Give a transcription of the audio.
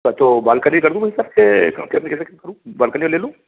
तो बालकनी कर दूँ भाई साहब कैसे करूँ बालकनी वाली ले लूँ